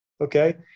okay